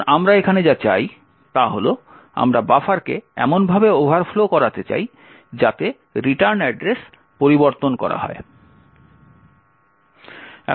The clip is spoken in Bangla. এখন আমরা এখানে যা চাই তা হল আমরা বাফারকে এমনভাবে ওভারফ্লো করাতে চাই যাতে রিটার্ন অ্যাড্রেস পরিবর্তন করা হয়